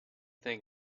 think